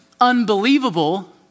unbelievable